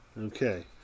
Okay